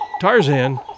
Tarzan